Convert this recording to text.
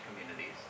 communities